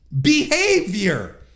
behavior